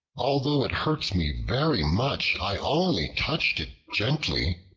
although it hurts me very much, i only touched it gently.